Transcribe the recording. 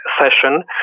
session